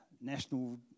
National